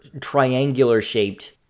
triangular-shaped